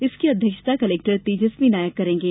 इसकी अध्यक्षता कलेक्टर तेजस्वी नायक करेंगे